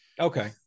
Okay